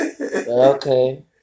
okay